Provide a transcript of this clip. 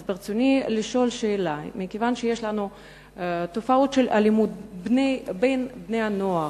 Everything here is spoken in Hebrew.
אז ברצוני לשאול שאלה: כיוון שיש לנו תופעות של אלימות בין בני-הנוער,